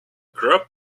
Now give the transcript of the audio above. group